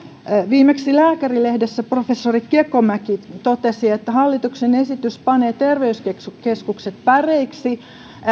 viimeksi lääkärilehdessä professori kekomäki totesi että hallituksen esitys panee terveyskeskukset päreiksi